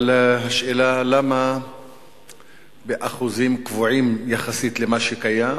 אבל השאלה היא למה באחוזים קבועים יחסית למה שקיים,